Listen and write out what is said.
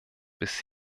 bis